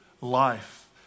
Life